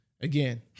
again